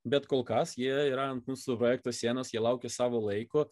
bet kol kas jie yra ant mūsų projekto sienos jie laukia savo laiko